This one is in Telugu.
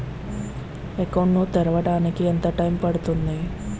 అకౌంట్ ను తెరవడానికి ఎంత టైమ్ పడుతుంది?